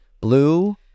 Blue